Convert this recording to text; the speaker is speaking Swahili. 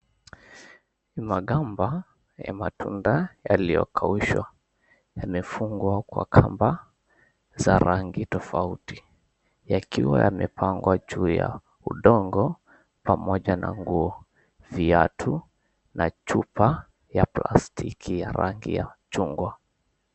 Magamba ya matunda yaliyokaushwa yamefungwa kwa kamba za rangi tofauti, yakiwa yamepangwa juu ya udongo pamoja na nguo, viatu na chupa ya plastiki ya rangi ya chungwa.